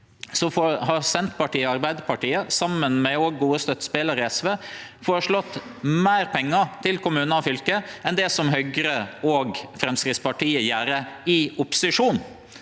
har Senterpartiet og Arbeidarpartiet, saman med den gode støttespelaren SV, føreslått meir pengar til kommunar og fylke enn det Høgre og Framstegspartiet gjer i opposisjon.